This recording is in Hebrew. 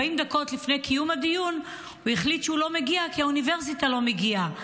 40 דקות לפני קיום הדיון החליט שהוא לא מגיע כי האוניברסיטה לא מגיעה.